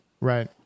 Right